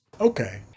Okay